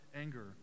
anger